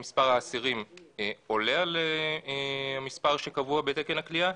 אם מספר האסירים עולה על המספר שקבוע בתקן הכליאה,